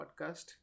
podcast